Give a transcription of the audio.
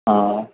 हा